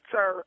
Sir